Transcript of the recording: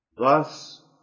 Thus